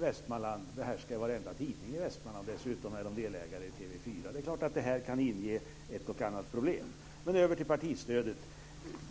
Västmanland behärskar varenda tidning där. Dessutom är man delägare i TV 4. Det är klart att det kan inge ett och annat problem. Så över till partistödet.